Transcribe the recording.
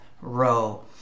row